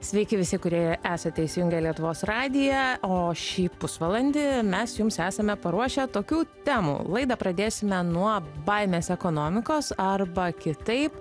sveiki visi kurie esate įsijungę lietuvos radiją o šį pusvalandį mes jums esame paruošę tokių temų laidą pradėsime nuo baimės ekonomikos arba kitaip